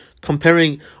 comparing